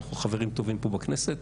אנחנו חברים טובים פה בכנסת.